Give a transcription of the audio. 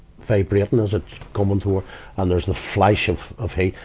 vibrating as it coming toward and there's the flash of, of heat.